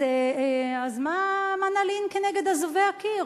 אז מה נלין כנגד אזובי הקיר?